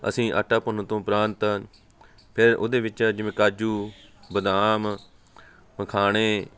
ਅਸੀਂ ਆਟਾ ਭੁੰਨਣ ਤੋਂ ਉਪਰੰਤ ਫਿਰ ਉਹਦੇ ਵਿੱਚ ਜਿਵੇਂ ਕਾਜੂ ਬਦਾਮ ਮਖਾਣੇ